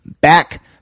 Back